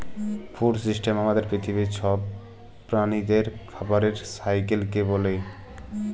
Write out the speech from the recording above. food system আমাদের পিথিবীর ছব প্রালিদের খাবারের সাইকেলকে ব্যলে